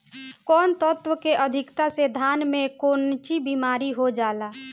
कौन तत्व के अधिकता से धान में कोनची बीमारी हो जाला?